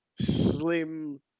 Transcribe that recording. slim